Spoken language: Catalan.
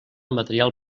material